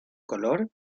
color